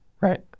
Right